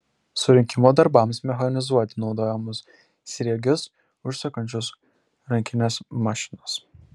surinkimo darbams mechanizuoti naudojamos sriegius užsukančios rankinės mašinos